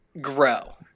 grow